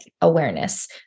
awareness